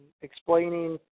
explaining